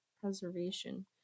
preservation